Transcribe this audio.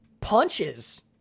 punches